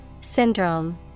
Syndrome